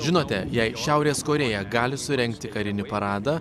žinote jei šiaurės korėja gali surengti karinį paradą